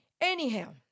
anyhow